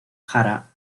jara